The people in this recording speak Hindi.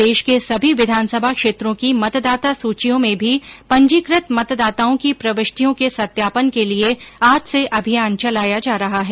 प्रदेश के सभी विधानसभा क्षेत्रों की मतदाता सूचियों में भी पंजीकृत मतदाताओं की प्रविष्टियों के सत्यापन के लिए आज से अभियान चलाया जा रहा है